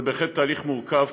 זה בהחלט תהליך מורכב,